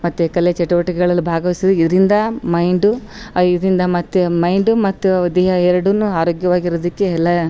ಮತ್ತು ಕಲೆ ಚಟುವಟಿಕೆಗಳಲ್ಲಿ ಭಾಗವಹಿಸಿ ಇರಿಂದ ಮೈಂಡು ಇದರಿಂದ ಮತ್ತು ಮೈಂಡು ಮತ್ತು ದೇಹ ಎರಡನ್ನು ಆರೋಗ್ಯವಾಗಿರೋದಿಕ್ಕೆ ಎಲ್ಲ